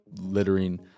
littering